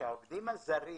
שהעובדים הזרים